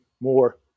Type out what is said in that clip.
more